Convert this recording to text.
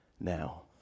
now